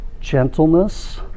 gentleness